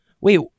wait